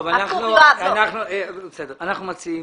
אנחנו מציעים